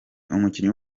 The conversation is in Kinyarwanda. umukinnyi